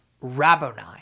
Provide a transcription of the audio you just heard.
Rabboni